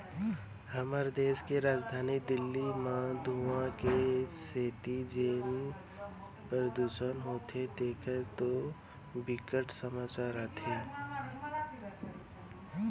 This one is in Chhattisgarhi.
हमर देस के राजधानी दिल्ली म धुंआ के सेती जेन परदूसन होथे तेखर तो बिकट समाचार आथे